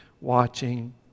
watching